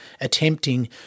attempting